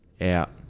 out